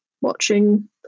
watching